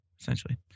essentially